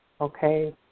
okay